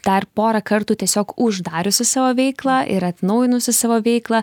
dar pora kartų tiesiog uždariusi savo veiklą ir atnaujinusi savo veiklą